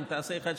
אם תעשה אחת,